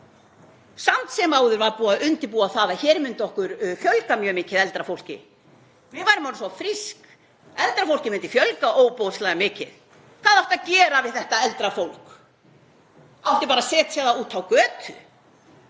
Samt sem áður var búið að undirbúa það að hér myndi okkur eldra fólki fjölga mjög mikið. Við værum orðin svo frísk. Eldra fólki myndi fjölga ofboðslega mikið. Hvað átti að gera við þetta eldra fólk? Átti bara að setja það út á götu?